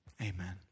Amen